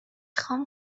خوام